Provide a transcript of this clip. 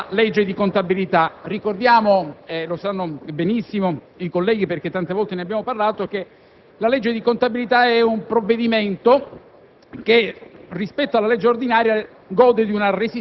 il provvedimento reca delle norme contrarie alla legge di contabilità; ricordiamo - lo sanno benissimo i colleghi, perché tante volte ne abbiamo parlato - che la legge di contabilità è un provvedimento